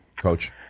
Coach